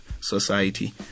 society